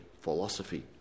philosophy